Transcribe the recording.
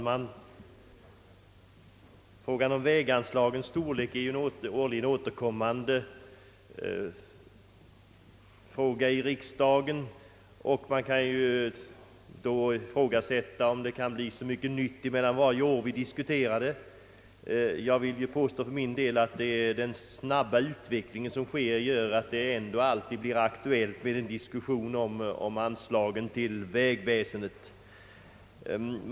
Herr talman! Väganslagens storlek är ju en årligen återkommande fråga i riksdagen. Man kan då undra om det kan hända så mycket nytt mellan varje år vi diskuterar frågan. Jag vill för min del påstå att den snabba utvecklingen gör att det ändå alltid blir aktuellt med en diskussion om anslagen till vägväsendet.